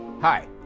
Hi